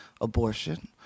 abortion